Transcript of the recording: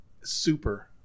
Super